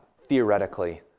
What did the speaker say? theoretically